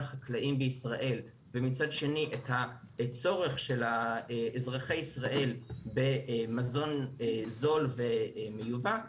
החקלאים בישראל ומצד שני את הצורך של אזרחי ישראל במזון זול ומיובא,